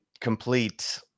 complete